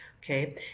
Okay